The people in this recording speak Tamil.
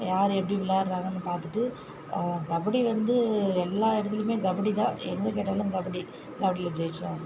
யார் எப்படி விளையாட்றாங்க பார்த்துட்டு கபடி வந்து எல்லா இடத்துலையுமே கபடி தான் எங்கே கேட்டாலும் கபடி கபடியில் ஜெயிச்சிட்டோம்